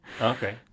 Okay